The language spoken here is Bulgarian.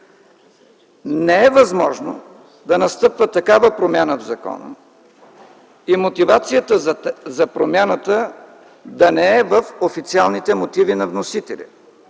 Не е възможно да настъпва такава промяна в закона и мотивацията за промяната да не е в официалните мотиви на вносителя.